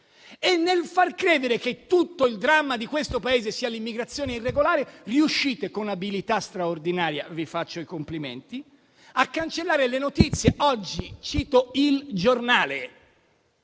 E, nel far credere che tutto il dramma di questo Paese sia l'immigrazione irregolare, riuscite con abilità straordinaria - vi faccio i complimenti - a cancellare le notizie. Oggi cito «Il Giornale»